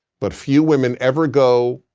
but few women ever go,